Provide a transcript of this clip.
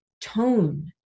tone